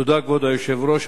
כבוד היושב-ראש,